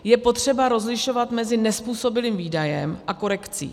Je potřeba rozlišovat mezi nezpůsobilým výdajem a korekcí.